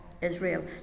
Israel